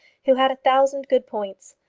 who had a thousand good points.